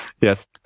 Yes